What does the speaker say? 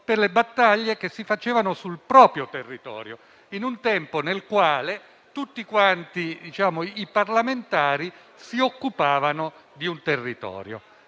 per le battaglie che si combattevano sul proprio territorio, in un tempo nel quale tutti i parlamentari si occupavano di un territorio.